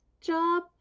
job